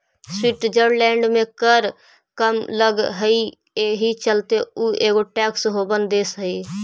Switzerland में कर कम लग हई एहि चलते उ एगो टैक्स हेवन देश हई